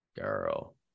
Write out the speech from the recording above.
girl